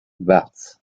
barnes